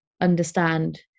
understand